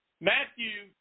Matthew